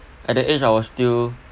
at that age I was still